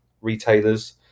retailers